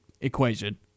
equation